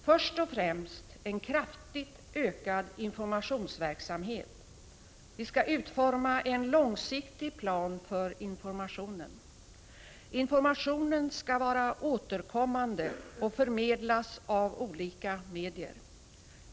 Först och främst en kraftigt ökad informationsverksamhet. Vi skall utarbeta en långsiktig plan för informationen. Informationen skall vara återkommande och förmedlas av olika medier.